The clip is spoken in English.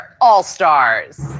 All-Stars